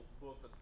books